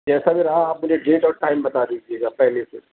جیسا بھی رہا آپ مجھے ڈیٹ اور ٹائم بتا دیجیے گا پہلے سے